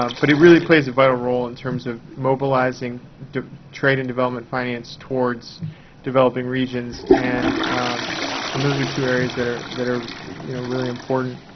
um but it really plays a vital role in terms of mobilizing trade and development finance towards developing regions. and and those are two areas that are that are you know really important.